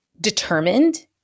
determined